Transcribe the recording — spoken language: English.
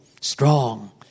strong